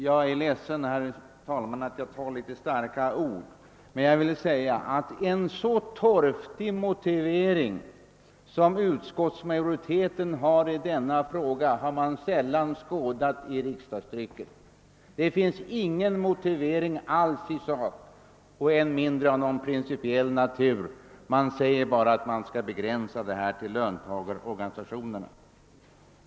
Jag är ledsen, herr talman, att jag tar till litet starka ord, men en så torftig motivering som utskottsmajoriteten har givit i denna fråga har sällan skådats i riksdagstrycket. I sak finns ingen som helst motivering och än mindre någon sådan av principiell natur. Utskottet säger bara att stödet skall begränsas till löntagarorganisationerna.